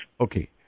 Okay